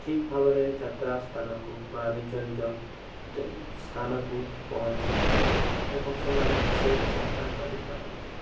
ଠିକ୍ ଭାବରେ ଯାତ୍ରା ସ୍ଥାନକୁ ବା ନିଜ ନିଜ ସ୍ଥାନକୁ ପହଞ୍ଚିପାରନ୍ତି ଏବଂ ସେମାନେ ଶେଫ୍ ଯାତ୍ରା କରିପାରନ୍ତି